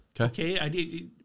Okay